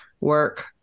work